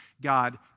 God